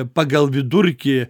pagal vidurkį